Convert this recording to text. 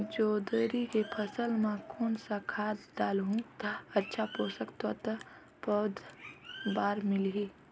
जोंदरी के फसल मां कोन सा खाद डालहु ता अच्छा पोषक तत्व पौध बार मिलही?